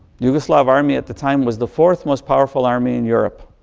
yugoslav army at the time was the fourth most powerful army in europe.